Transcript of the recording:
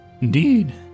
Indeed